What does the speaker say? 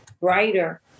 brighter